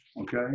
okay